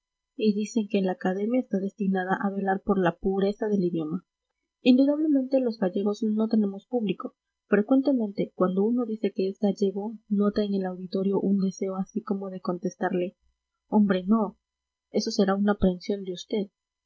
y dicen que la academia está destinada a velar por la pureza del idioma indudablemente los gallegos no tenemos público frecuentemente cuando uno dice que es gallego nota en el auditorio un deseo así como de contestarle hombre no eso será una aprensión de usted